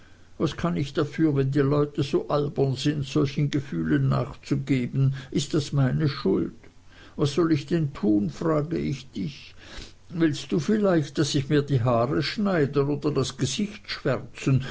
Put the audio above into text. was kann ich dafür wenn die leute so albern sind solchen gefühlen nachzugeben ist das meine schuld was soll ich denn tun frage ich dich willst du vielleicht daß ich mir die haare schneiden oder das gesicht schwärzen